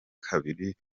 kabiri